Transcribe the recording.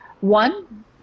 one